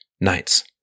knights